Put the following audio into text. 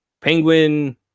Penguin